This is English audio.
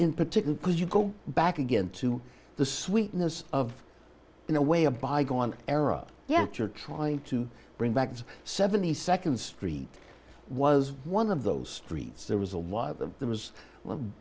in particular because you go back again to the sweetness of in a way a bygone era yet you're trying to bring back the seventy second street was one of those streets there was a was there was